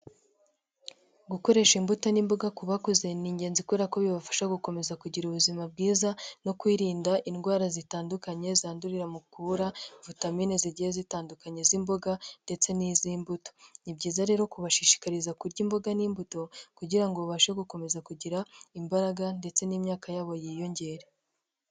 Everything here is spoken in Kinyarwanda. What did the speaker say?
Gukoresha imbuto n'imboga ku bakuze ni ingenzi i kubera ko bibafasha gukomeza kugira ubuzima bwiza no kwirinda indwara zitandukanye zandurira mu kubura vitamine zigiye zitandukanye z'imboga ndetse n'iz'imbuto, ni byiza rero kubashishikariza kurya imboga n'imbuto kugira ngo babashe gukomeza kugira imbaraga ndetse n'imyaka yabo yiyongera.